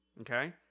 okay